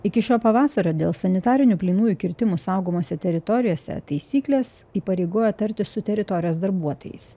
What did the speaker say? iki šio pavasario dėl sanitarinių plynųjų kirtimų saugomose teritorijose taisyklės įpareigojo tartis su teritorijos darbuotojais